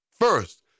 first